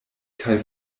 kaj